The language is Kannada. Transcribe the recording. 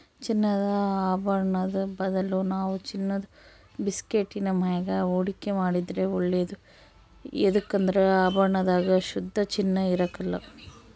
ಚಿನ್ನದ ಆಭರುಣುದ್ ಬದಲು ನಾವು ಚಿನ್ನುದ ಬಿಸ್ಕೆಟ್ಟಿನ ಮ್ಯಾಗ ಹೂಡಿಕೆ ಮಾಡಿದ್ರ ಒಳ್ಳೇದು ಯದುಕಂದ್ರ ಆಭರಣದಾಗ ಶುದ್ಧ ಚಿನ್ನ ಇರಕಲ್ಲ